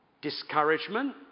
discouragement